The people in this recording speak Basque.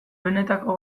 benetako